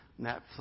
Netflix